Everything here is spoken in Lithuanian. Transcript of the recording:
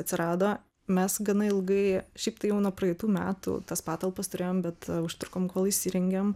atsirado mes gana ilgai šiaip tai jau nuo praeitų metų tas patalpas turėjom bet užtrukom kol įsirengėm